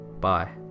Bye